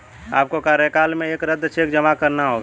आपको कार्यालय में एक रद्द चेक जमा करना होगा